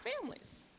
families